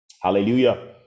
Hallelujah